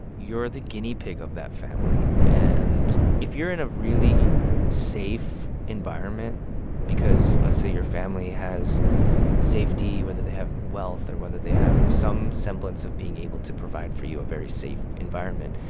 you're the guinea pig of that family. and if you're in a really safe environment because let's say your family has safety, whether they have wealth or whether they have some semblance of being able to provide for you a very safe environment,